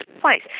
place